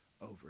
over